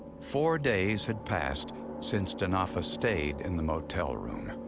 four days had passed since denofa stayed in the motel room,